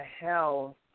hell